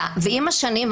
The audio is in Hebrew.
עם השנים,